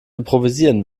improvisieren